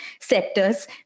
sectors